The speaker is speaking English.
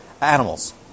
animals